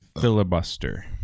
filibuster